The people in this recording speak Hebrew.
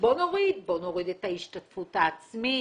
בואו נוריד בואו נוריד את ההשתתפות העצמית,